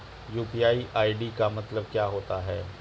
UPI ID का मतलब क्या होता है?